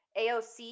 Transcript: aoc